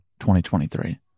2023